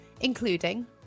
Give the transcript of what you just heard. including